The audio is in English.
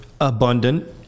abundant